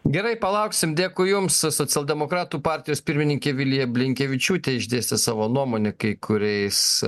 gerai palauksim dėkui jums socialdemokratų partijos pirmininkė vilija blinkevičiūtė išdėstė savo nuomonę kai kuriais